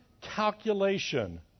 calculation